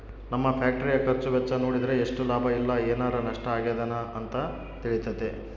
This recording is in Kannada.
ನಮ್ಮ ಫ್ಯಾಕ್ಟರಿಯ ಖರ್ಚು ವೆಚ್ಚ ನೋಡಿದ್ರೆ ಎಷ್ಟು ಲಾಭ ಇಲ್ಲ ಏನಾರಾ ನಷ್ಟ ಆಗಿದೆನ ಅಂತ ತಿಳಿತತೆ